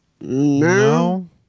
No